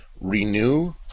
renew